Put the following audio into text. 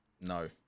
No